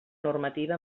normativa